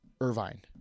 Irvine